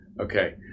okay